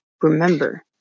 remember